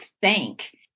thank